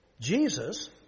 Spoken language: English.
Jesus